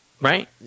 Right